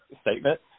statement